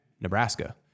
Nebraska